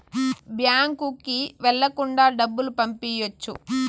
బ్యాంకుకి వెళ్ళకుండా డబ్బులు పంపియ్యొచ్చు